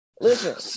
Listen